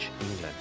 England